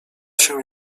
się